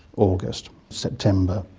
august, september,